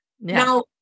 Now